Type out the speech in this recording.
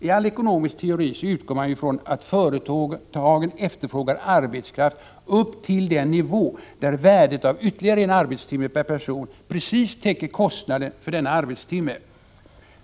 I all ekonomisk teori utgår man ju från att företagen efterfrågar arbetskraft upp till den nivå där värdet av ytterligare en arbetstimme per person precis täcker kostnaden för denna arbetstimme.